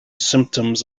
symptoms